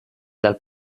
dal